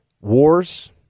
wars